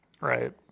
Right